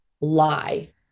lie